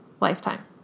lifetime